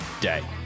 day